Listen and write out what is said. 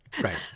Right